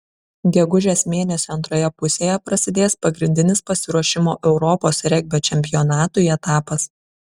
gegužės mėnesio antroje pusėje prasidės pagrindinis pasiruošimo europos regbio čempionatui etapas